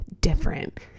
different